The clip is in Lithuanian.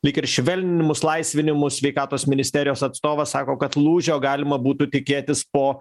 lyg ir švelninimus laisvinimus sveikatos ministerijos atstovas sako kad lūžio galima būtų tikėtis po